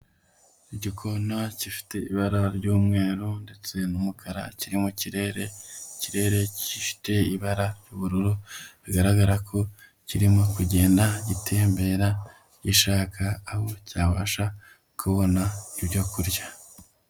Igikona gifite ibara ry'umweru ndetse n'umukara kiri mu kirere, ikirere gifite ibara ry'ubururu bigaragara ko kirimo kugenda gitembera gishaka aho cyabasha kubona ibyoku kurya.